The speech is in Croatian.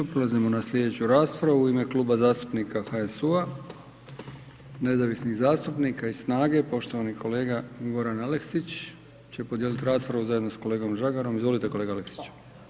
Prelazimo na slijedeću raspravu, u ime Kluba zastupnika HSU-a, nezavisnih zastupnika i SNAGA-e, poštovani kolega Goran Aleksić će podijelit raspravu zajedno sa kolegom Žagarom, izvolite kolega Aleksić.